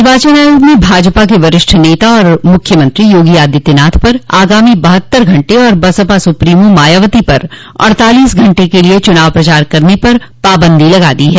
निर्वाचन आयोग ने भाजपा के वरिष्ठ नेता और मुख्यमंत्री योगी आदित्यनाथ पर आगामी बहत्तर घंटे और बसपा सुप्रीमो मायावती पर अड़तालीस घंटे के लिये चुनाव प्रचार करने पर पाबंदी लगा दी है